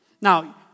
Now